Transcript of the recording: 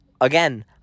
again